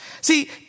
See